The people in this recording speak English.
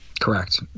Correct